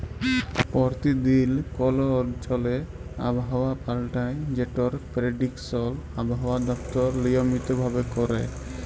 পরতিদিল কল অঞ্চলে আবহাওয়া পাল্টায় যেটর পেরডিকশল আবহাওয়া দপ্তর লিয়মিত ভাবে ক্যরে